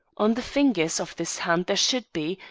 on the fingers of this hand there should be,